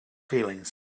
feelings